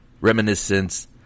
Reminiscence